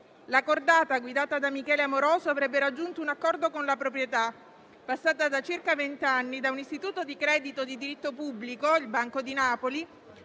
la cordata guidata da Michele Amoroso avrebbe raggiunto un accordo con la proprietà, passata da circa venti anni da un istituto di credito di diritto pubblico, il Banco di Napoli,